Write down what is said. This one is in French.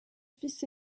fils